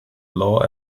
law